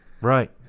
Right